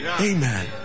Amen